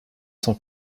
cent